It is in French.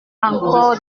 encore